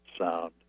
sound